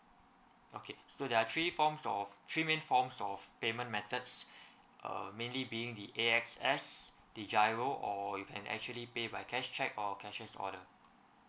okay so there are three forms of three main forms of payment methods uh mainly being the A_X_S the giro or you can actually pay by cash cheque or cashier's order